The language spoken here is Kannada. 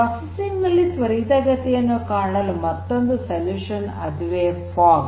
ಪ್ರೊಸೆಸಿಂಗ್ ನಲ್ಲಿ ತ್ವರಿತಗತಿಯನ್ನು ಕಾಣಲು ಮತ್ತೊಂದು ಪರಿಹಾರ ಅದುವೇ ಫಾಗ್